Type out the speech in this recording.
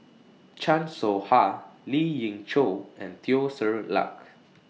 Chan Soh Ha Lien Ying Chow and Teo Ser Luck